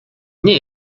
nie